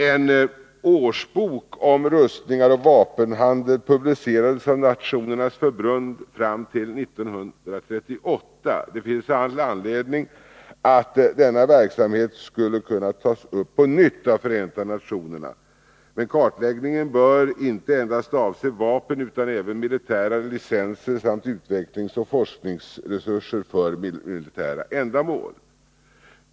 En årsbok om rustningar och vapenhandel publicerades av Nationernas förbund fram till år 1938. Det finns all anledning till att denna verksamhet skulle kunna tas upp på nytt av Förenta nationerna, men kartläggningen bör inte endast avse vapen utan även militära licenser samt utvecklingsoch forskningsresurser för militära ändamål.